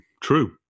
True